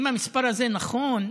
המספר הזה נכון,